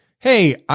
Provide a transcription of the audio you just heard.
Hey